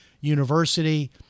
University